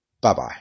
Bye-bye